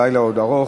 הלילה עוד ארוך.